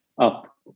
up